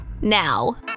now